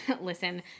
listen